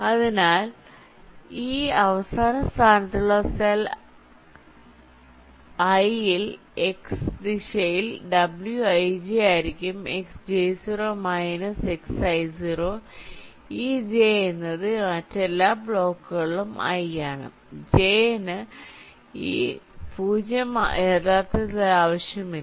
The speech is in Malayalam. അതിനാൽ ഈ അവസാന സ്ഥാനത്തുള്ള സെൽ i ൽ x ദിശയിൽ wij ആയിരിക്കും xj0 മൈനസ് xi0 ഈ j എന്നത് മറ്റെല്ലാ ബ്ലോക്കുകളും i ആണ് j ന് ഈ 0 യഥാർത്ഥത്തിൽ ആവശ്യമില്ല